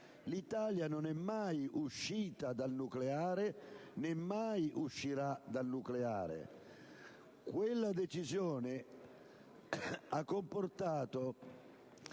l'Italia non è mai uscita dal nucleare, né mai uscirà dal nucleare. Quella decisione ha comportato